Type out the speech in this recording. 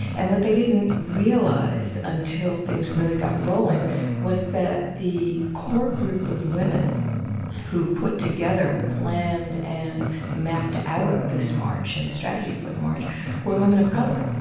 and what they didn't realize until things really got rolling was that the core group of women who put together, planned and mapped out this march and the strategy for the march were women of color.